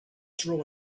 drew